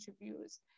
interviews